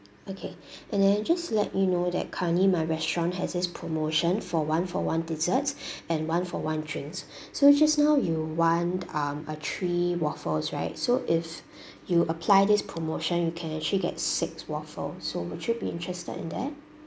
okay and then just to let you know that currently my restaurant has this promotion for one-for-one desserts and one-for-one drinks so just now you want um uh three waffles right so if you apply this promotion you can actually get six waffles so would you be interested in that